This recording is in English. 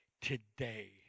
today